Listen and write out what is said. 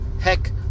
heck